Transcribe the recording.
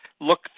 look